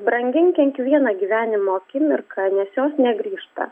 brangink kiekvieną gyvenimo akimirką nes jos negrįžta